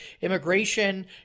immigration